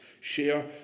share